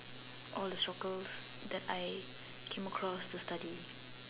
all the struggles that I came across to study